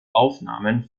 aufnahmen